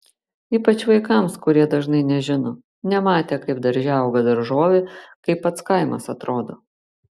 ypač vaikams kurie dažnai nežino nematę kaip darže auga daržovė kaip pats kaimas atrodo